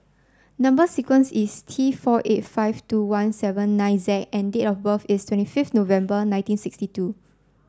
number sequence is T four eight five two one seven nine Z and date of birth is twenty five November nineteen sixty two